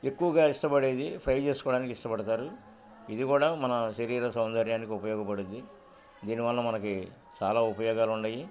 ఎక్కువగా ఇష్టపడేది ఫ్రై చేసుకోవడానికి ఇష్టపడతారు ఇది కూడా మన శరీర సౌందర్యానికి ఉపయోగపడుద్ది దీనివల్ల మనకి చాలా ఉపయోగాలుండయి